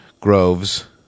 groves